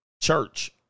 church